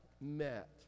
met